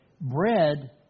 bread